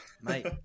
mate